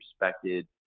respected